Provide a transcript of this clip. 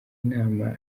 inama